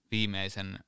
viimeisen